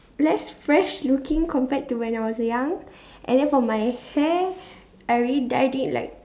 less fresh looking compared to when I was young and then for my hair I already dyed it like